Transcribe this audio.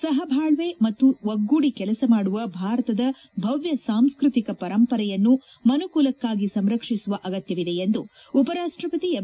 ಸಹ ಬಾಳ್ವೆ ಮತ್ತು ಒಗ್ಗೂಡಿ ಕೆಲಸ ಮಾಡುವ ಭಾರತದ ಭವ್ಯ ಸಾಂಸ್ಟ್ರತಿಕ ಪರಂಪರೆಯನ್ನು ಮನುಕುಲಕ್ನಾಗಿ ಸಂರಕ್ಷಿಸುವ ಅಗತ್ಯವಿದೆ ಎಂದು ಉಪರಾಷ್ಷಪತಿ ಎಂ